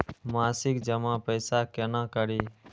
मासिक जमा पैसा केना करी?